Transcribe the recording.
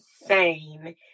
insane